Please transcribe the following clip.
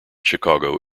chicago